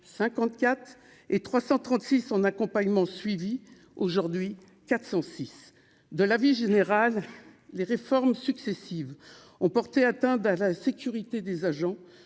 54 et 336 en accompagnement suivi aujourd'hui 406, de l'avis général, les réformes successives ont porté atteinte à la sécurité des agents